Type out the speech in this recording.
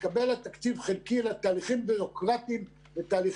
וקליטתם של מטוסי